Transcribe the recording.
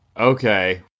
Okay